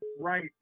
right